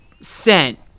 sent